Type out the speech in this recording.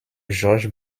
georges